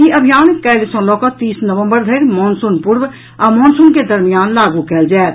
ई अभियान काल्हि सँ लऽ कऽ तीस नवम्बर धरि मॉनसून पूर्व आ मॉनसून के दरमियान लागू कयल जायत